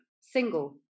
single